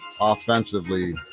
offensively